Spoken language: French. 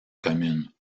commune